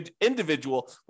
individual